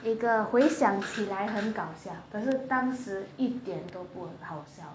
你的回想起来很搞笑可是当时一点都不好笑